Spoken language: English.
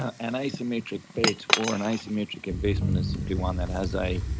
an asymmetric fate or an isometric investment is simply one that has a